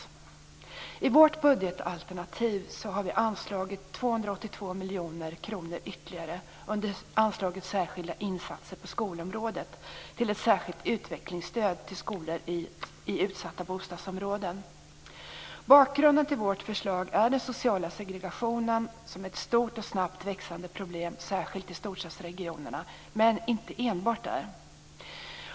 Vi har i vårt budgetalternativ anvisat ytterligare 282 miljoner kronor under anslaget Särskilda insatser på skolområdet till ett särskilt utvecklingsstöd för skolor i utsatta bostadsområden. Bakgrunden till vårt förslag är den sociala segregationen som ett stort och snabbt växande problem, särskilt i storstadsregionerna, men inte enbart där.